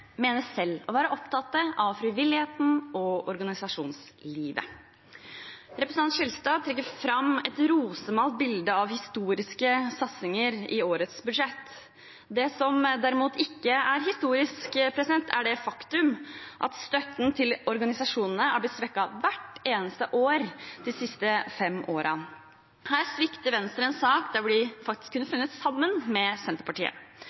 mener selv å være opptatt av frivilligheten og organisasjonslivet. Representanten Skjelstad trekker fram et rosemalt bilde av historiske satsinger i årets budsjett. Det som derimot ikke er historisk, er det faktum at støtten til organisasjonene er blitt svekket hvert eneste år de siste fem årene. Her svikter Venstre i en sak hvor de faktisk kunne ha funnet sammen med Senterpartiet.